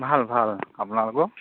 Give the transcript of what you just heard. ভাল ভাল আপোনালোকৰ